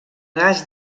gas